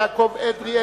יעקב אדרי,